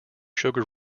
sugar